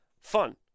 fun